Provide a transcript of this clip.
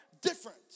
different